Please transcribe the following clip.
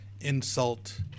insult